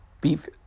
beef